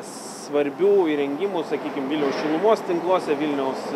svarbių įrengimų sakykim vilniaus šilumos tinkluose vilniaus